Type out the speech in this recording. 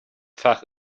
fach